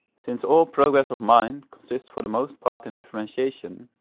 since all progress of mind consists for the most part in differentiation,